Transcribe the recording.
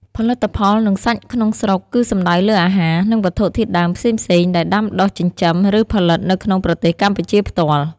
ផលិតផល និងសាច់ក្នុងស្រុក គឺសំដៅលើអាហារ និងវត្ថុធាតុដើមផ្សេងៗ ដែលដាំ ដុះ ចិញ្ចឹម ឬផលិតនៅក្នុងប្រទេសកម្ពុជាផ្ទាល់។